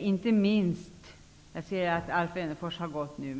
Inte minst har Alf Wennerfors -- jag ser att han nu har